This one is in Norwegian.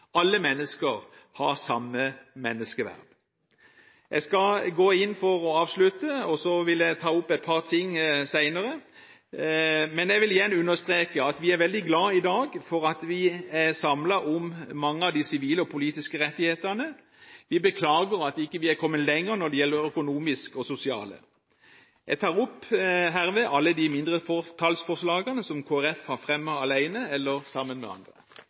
Alle mennesker har samme menneskeverd. Jeg skal gå inn for å avslutte, og så vil jeg ta opp et par ting senere. Men jeg vil igjen understreke at vi er i dag veldig glad for at vi er samlet om mange av de sivile og politiske rettighetene. Vi beklager at vi ikke er kommet lenger når det gjelder det økonomiske og sosiale. Jeg tar herved opp alle de mindretallsforslagene som Kristelig Folkeparti har fremmet alene eller sammen med andre.